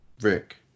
Rick